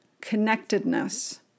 connectedness